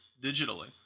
digitally